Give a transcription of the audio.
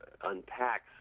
unpacks